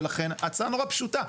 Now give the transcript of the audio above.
ולכן ההצעה נורא פשוטה.